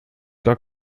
gar